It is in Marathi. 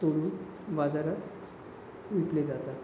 तोडून बाजारात विकले जातात